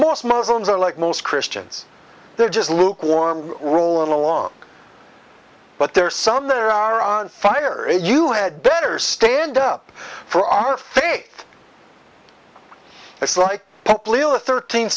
most muslims are like most christians they're just lukewarm rolling along but there are some there are on fire you had better stand up for our faith it's like the thirteen